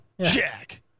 Jack